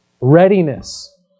Readiness